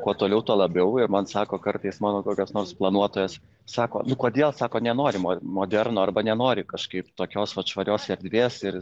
kuo toliau tuo labiau ir man sako kartais mano kokios nors planuotojos sako nu kodėl sako nenori mo moderno arba nenori kažkaip tokios vat švarios erdvės ir